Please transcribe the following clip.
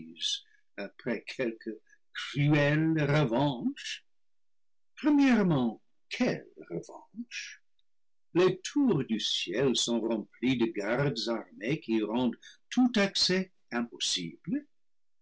après quelque cruelle revanche premièrement quelle revanche les tours du ciel sont rem plies de gardes armés qui rendent tout accès impossible